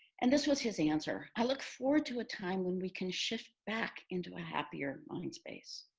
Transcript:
and this was his answer. i look forward to a time when we can shift back into a happier mind space.